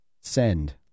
send